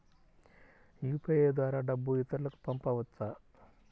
UPI ద్వారా డబ్బు ఇతరులకు పంపవచ్చ?